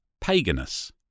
paganus